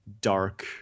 dark